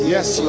Yes